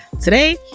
Today